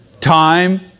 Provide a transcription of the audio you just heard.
Time